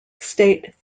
state